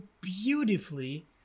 beautifully